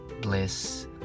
bliss